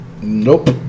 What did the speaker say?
nope